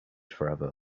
forever